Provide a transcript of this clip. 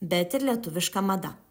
bet ir lietuviška mada